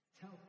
Tell